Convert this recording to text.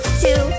two